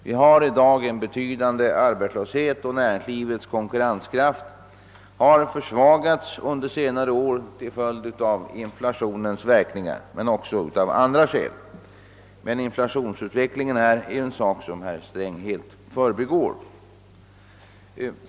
Vi har i dag en betydande arbetslöshet, och näringslivets konkurrenskraft har under senare år försvagats till följd av inflationen men också av andra skäl. Inflationsutveck lingen är dock något som herr Sträng helt förbigår.